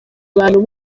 abantu